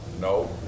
No